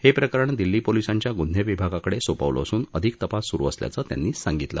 हे प्रकरण दिल्ली पोलीसांच्या गुन्हे विभागाकडे सोपवलं असून अधिक तपास सुरु असल्याचं त्यांनी सांगितलं